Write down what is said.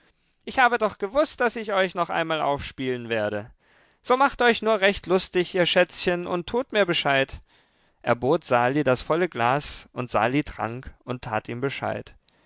ich habe doch gewußt daß ich euch noch einmal aufspielen werde so macht euch nur recht lustig ihr schätzchen und tut mir bescheid er bot sali das volle glas und sali trank und tat ihm bescheid